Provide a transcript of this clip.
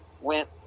Went